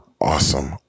awesome